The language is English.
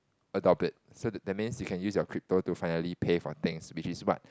adopt it so that means you can use your crypto to finally pay for things which is what